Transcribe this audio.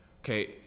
Okay